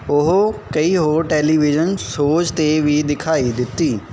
ਉਹ ਕਈ ਹੋਰ ਟੈਲੀਵਿਜ਼ਨ ਸ਼ੋਅਜ਼ 'ਤੇ ਵੀ ਦਿਖਾਈ ਦਿੱਤੀ